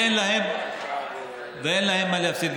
ואין להם מה להפסיד,